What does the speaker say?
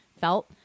felt